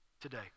today